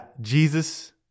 Jesus